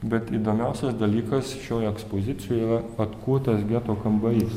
bet įdomiausias dalykas šioj ekspozicijoj yra atkurtas geto kambarys